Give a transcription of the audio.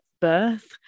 birth